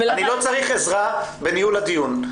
אני לא צריך עזרה בניהול הדיון.